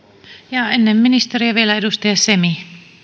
ja ennen ministeriä vielä edustaja semi